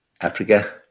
Africa